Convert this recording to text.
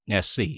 SC